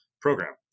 program